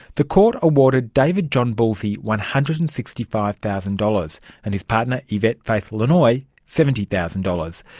the court awarded david john bulsey one hundred and sixty five thousand dollars and his partner yvette faith lenoy seventy thousand dollars,